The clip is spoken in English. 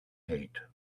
hate